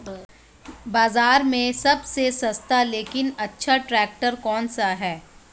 बाज़ार में सबसे सस्ता लेकिन अच्छा ट्रैक्टर कौनसा है?